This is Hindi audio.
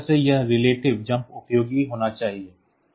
तो इस तरह से यह relative jump उपयोगी होने जा रहा है